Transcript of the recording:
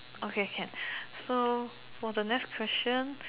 okay can so for the next question